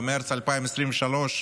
במרץ 2023,